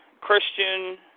Christian